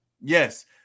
yes